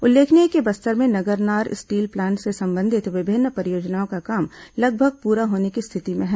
उल्लेखनीय है कि बस्तर में नगरनार स्टील प्लांट से संबंधित विभिन्न परियोजनाओं का काम लगभग पूरा होने की स्थिति में है